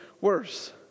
worse